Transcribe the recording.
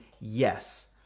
yes